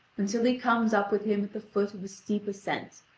until he comes up with him at the foot of a steep ascent,